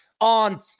on